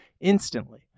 instantly